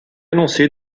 annoncé